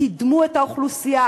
קידמו את האוכלוסייה,